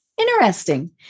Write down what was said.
Interesting